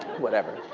whatever.